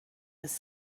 his